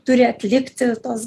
turi atlikti tos